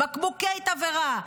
בקבוקי תבערה,